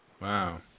Wow